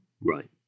right